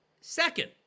Second